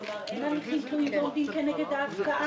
כלומר, אין הליכים תלויים ועומדים כנגד ההפקעה?